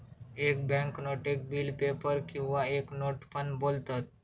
एक बॅन्क नोटेक bill paper किंवा एक नोट पण बोलतत